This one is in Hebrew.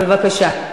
בבקשה.